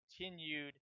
continued